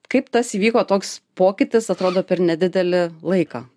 kaip tas įvyko toks pokytis atrodo per nedidelį laiką